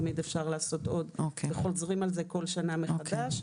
תמיד אפשר לעשות עוד, וחוזרים על זה כל שנה מחדש.